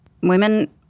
women